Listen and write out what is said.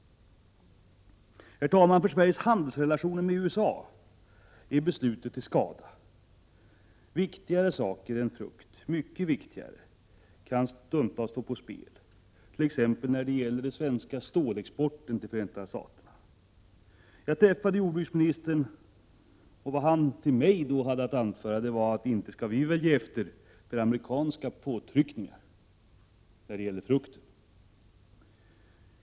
Herr talman! För Sveriges handelsrelationer med USA är beslutet till skada. Viktigare saker än frukt, mycket viktigare, kan stundtals stå på spel, t.ex. när det gäller den svenska stålexporten till Förenta Staterna. Jag har träffat jordbruksministern, och vad han till mig hade att anföra var att ”vi väl inte skall ge efter för amerikanska påtryckningar när det gäller frukt”.